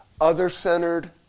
other-centered